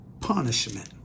punishment